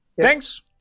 Thanks